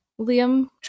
Liam